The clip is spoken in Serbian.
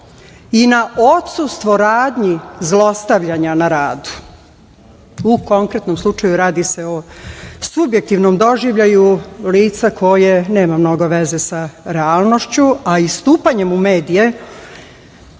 i na odsustvo radnji zlostavljanja na radu. U konkretnom slučaju radi se o subjektivnom doživljaju lica koje nema mnogo veze sa realnošću, a istupanjem u medije,